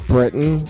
Britain